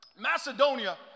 Macedonia